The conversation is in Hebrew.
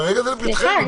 כרגע זה לפתחנו,